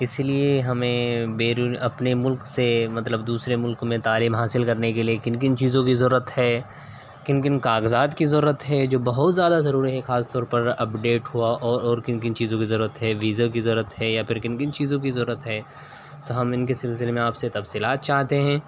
اسی لیے ہمیں بیرون اپنے ملک سے مطلب دوسرے ملک میں تعلیم حاصل کرنے کے لیے کن کن چیزوں کی ضرورت ہے کن کن کاغذات کی ضرورت ہے جو بہت زیادہ ضروری ہے خاص طور پر اپڈیٹ ہوا اور اور کن کن چیزوں کی ضرورت ہے ویزا کی ضرورت ہے یا پھر کن کن چیزوں کی ضرورت ہے تو ہم ان کے سلسلے میں آپ سے تفصیلات چاہتے ہیں